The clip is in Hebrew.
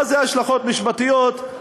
מה זה השלכות משפטיות?